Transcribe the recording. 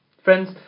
Friends